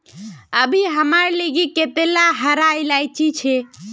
अभी हमार लिगी कतेला हरा इलायची छे